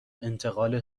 انتقال